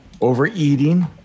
overeating